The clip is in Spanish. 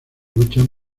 luchan